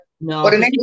No